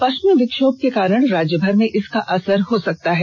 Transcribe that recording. पष्चिमी विक्षोम के कारण राज्य भर में इसका असर हो सकता है